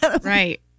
Right